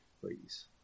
please